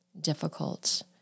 difficult